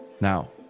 Now